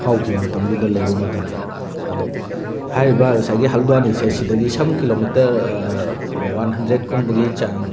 ꯐꯥꯎꯈꯤ ꯃꯇꯝꯗꯨꯗ ꯂꯩꯕ ꯃꯇꯝꯗ ꯑꯗꯣ ꯍꯥꯏꯔꯤꯕ ꯉꯁꯥꯏꯒꯤ ꯍꯜꯗ꯭ꯋꯥꯅꯤꯁꯦ ꯁꯤꯗꯒꯤ ꯁꯝ ꯀꯤꯂꯣꯃꯤꯇꯔ ꯋꯥꯟ ꯍꯟꯗ꯭ꯔꯦꯠꯀꯨꯝꯕꯒꯤ ꯆꯥꯡ